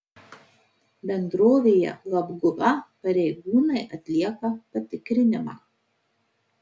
bendrovėje labguva pareigūnai atlieka patikrinimą